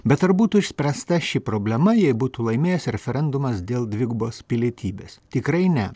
bet ar būtų išspręsta ši problema jei būtų laimėjęs referendumas dėl dvigubos pilietybės tikrai ne